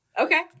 Okay